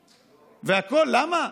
והכול, למה?